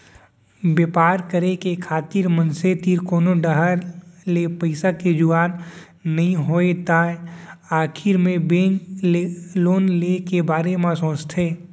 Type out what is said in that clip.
बेपार करे खातिर मनसे तीर कोनो डाहर ले पइसा के जुगाड़ नइ होय तै आखिर मे बेंक ले लोन ले के बारे म सोचथें